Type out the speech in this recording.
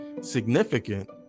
significant